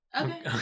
Okay